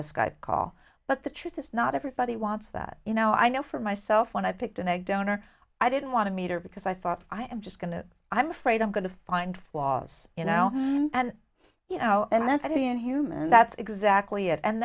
skype call but the truth is not everybody wants that you know i know for myself when i picked an egg donor i didn't want to meet her because i thought i am just going to i'm afraid i'm going to find flaws you know and you know and that's it inhuman and that's exactly it and